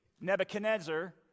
Nebuchadnezzar